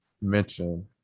mention